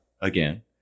again